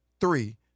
three